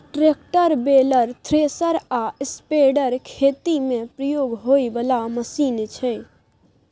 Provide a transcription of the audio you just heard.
tractor, baler, thresher आ spreader खेती मे प्रयोग होइ बला मशीन छै